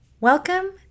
Welcome